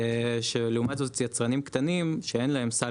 שלעומת זאת יצרנים קטנים שאין להם סל